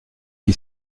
qui